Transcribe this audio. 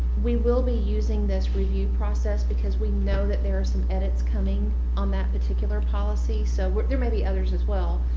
we will be using this review process because we know that there are some edits coming on that particular policy. so, there may be others as well,